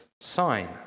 sign